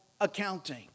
accounting